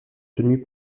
tenues